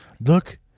Look